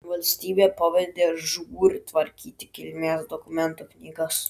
valstybė pavedė žūr tvarkyti kilmės dokumentų knygas